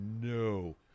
no